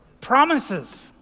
promises